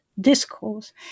discourse